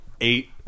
Eight